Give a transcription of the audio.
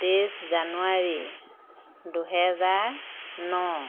তেইছ জানুৱাৰী দুহেজাৰ ন